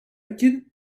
get